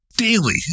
daily